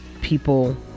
people